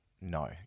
no